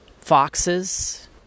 Foxes